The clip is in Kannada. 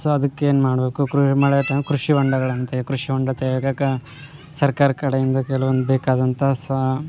ಸೊ ಅದಕ್ಕೇನು ಮಾಡಬೇಕು ಕೃ ಮಳೆ ಟೈಮ್ ಕೃಷಿ ಹೊಂಡಗಳಂತೆ ಕೃಷಿ ಹೊಂಡ ತೆಗೆಯೋಕ್ಕೆ ಸರ್ಕಾರ ಕಡೆಯಿಂದ ಕೆಲವೊಂದು ಬೇಕಾದಂತಹ ಸಹ